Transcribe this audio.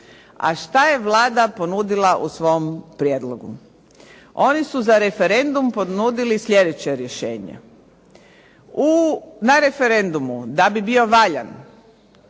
A što je Vlada ponudila u svom prijedlogu? Oni su za referendum ponudili sljedeće rješenje. Na referendumu da bi bio valjan